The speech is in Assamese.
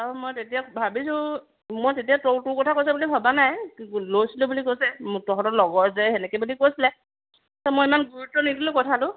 অ মই তেতিয়া ভাবিছোঁ মই তেতিয়া ত তোৰ কথা কৈছিলে বুলি ভবা নাই লৈছিলোঁ বুলি কৈছে মোক তহঁতৰ লগৰ যে সেনেকে বুলি কৈছিলে মই ইমান গুৰুত্ব নিদিলোঁ কথাটো